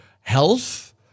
health